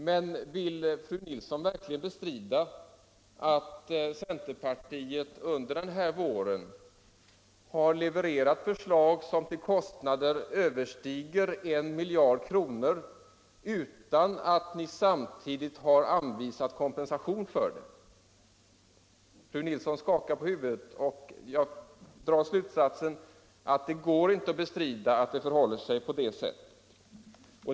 Men vill fru Nilsson verkligen bestrida att centerpartiet under den här våren har levererat förslag vilkas genomförande kostar över en miljard kronor, utan att ni samtidigt anvisat kompensation för dessa kostnader? Fru Nilsson skakar på huvudet, och jag drar slutsatsen att det inte går att bestrida att det förhåller sig på det sättet.